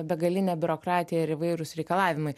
begalinė biurokratija ir įvairūs reikalavimai